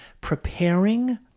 preparing